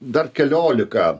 dar keliolika